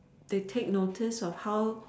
they take notice of how